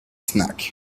snack